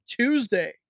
Tuesday